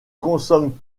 consomme